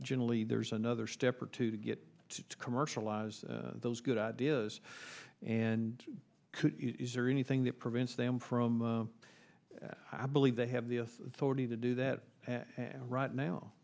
generally there's another step or two to get to commercialize those good ideas and is there anything that prevents them from i believe they have the authority to do that and right now